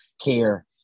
care